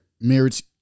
marriage